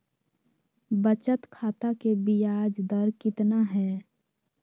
बचत खाता के बियाज दर कितना है?